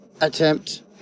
attempt